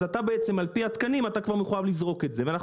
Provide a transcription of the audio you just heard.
אז על פי התקנים אתה מחויב לזרוק ואנחנו